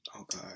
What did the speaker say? Okay